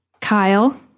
Kyle